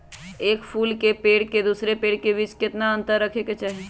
एक फुल के पेड़ के दूसरे पेड़ के बीज केतना अंतर रखके चाहि?